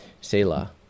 Selah